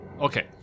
Okay